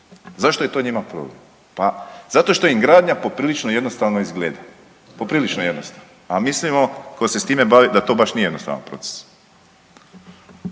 Zašto je to njima problem? Pa zato što im gradnja poprilično jednostavno izgleda. Poprilično jednostavno. A mi mislimo tko se s time bavi, da to baš nije jednostavan proces.